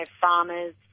farmers